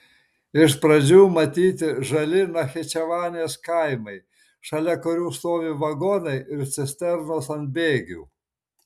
iš pradžių matyti žali nachičevanės kaimai šalia kurių stovi vagonai ir cisternos ant bėgių